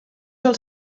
als